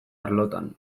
arlotan